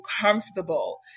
comfortable